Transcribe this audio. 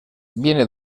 viene